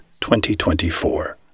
2024